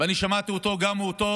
ואני שמעתי אותו, גם אותו,